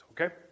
Okay